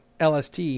lst